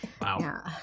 Wow